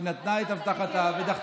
היא נתנה את הבטחתה ודחתה.